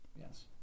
Yes